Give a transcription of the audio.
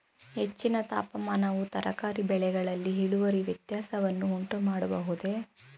ಹೆಚ್ಚಿನ ತಾಪಮಾನವು ತರಕಾರಿ ಬೆಳೆಗಳಲ್ಲಿ ಇಳುವರಿ ವ್ಯತ್ಯಾಸವನ್ನು ಉಂಟುಮಾಡಬಹುದೇ?